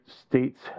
states